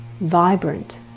vibrant